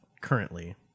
currently